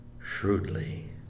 shrewdly